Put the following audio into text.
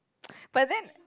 but then